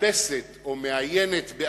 מאפסת או מאיינת את